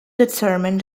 determine